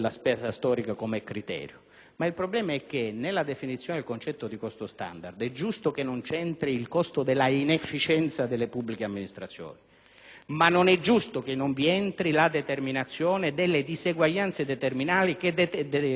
ma è giusto che nella definizione del concetto di costo standard non entri il costo della inefficienza delle pubbliche amministrazioni, così come non è giusto che non vi entri la determinazione delle diseguaglianze territoriali che determinano